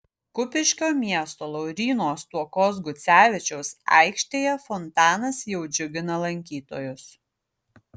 kupiškio miesto lauryno stuokos gucevičiaus aikštėje fontanas jau džiugina lankytojus